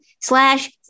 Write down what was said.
slash